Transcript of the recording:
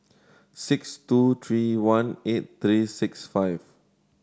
six two tree one eight three six five